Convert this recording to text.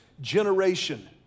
generation